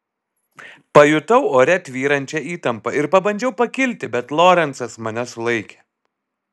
pajutau ore tvyrančią įtampą ir pabandžiau pakilti bet lorencas mane sulaikė